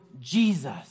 Jesus